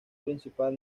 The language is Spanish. principal